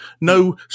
no